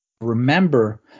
Remember